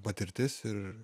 patirtis ir